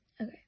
Okay